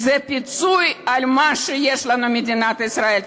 זה פיצוי על מה שיש לנו, מדינת ישראל.